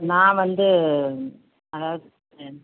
நான் வந்து அதாவது